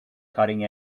cutting